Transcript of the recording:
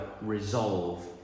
resolve